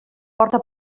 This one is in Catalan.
porta